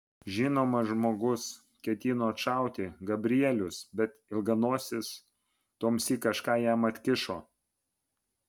žinoma žmogus ketino atšauti gabrielius bet ilganosis tuomsyk kažką jam atkišo